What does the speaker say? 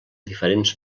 diferents